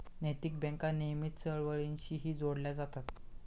नैतिक बँका नेहमीच चळवळींशीही जोडल्या जातात